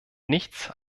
nichts